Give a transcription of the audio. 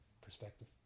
perspective